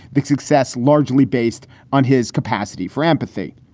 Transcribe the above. big success, largely based on his capacity for empathy.